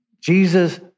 Jesus